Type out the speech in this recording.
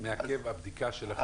מעכב את הבדיקה שלכם.